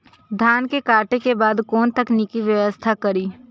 धान के काटे के बाद कोन तकनीकी व्यवस्था करी?